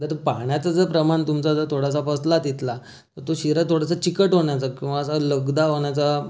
जर तुम पाहण्याचा जर प्रमाण तुमचा जर थोडासा फसला तिथला तर तो शिरा थोडासा चिकट होण्याचा किंवा असा लगदा होण्याचा